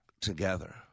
together